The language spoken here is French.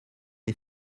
est